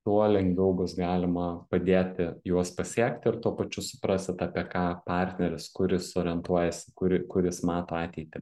tuo lengviau bus galima padėti juos pasiekti ir tuo pačiu suprasit apie ką partneris kur jis orientuojasi kuri kur jis mato ateitį